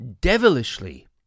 devilishly